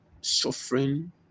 suffering